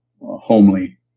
homely